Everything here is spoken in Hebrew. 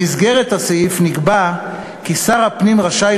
במסגרת הסעיף נקבע כי שר הפנים רשאי